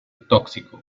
tóxico